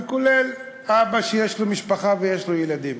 וכולל אבא שיש לו משפחה ויש לו ילדים.